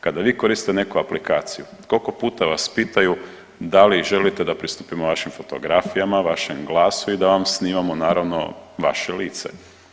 Kada vi koriste neku aplikaciju koliko puta vas pitaju da li želite da pristupimo vašim fotografijama, vašem glasu i da vam snimamo naravno vaše lice.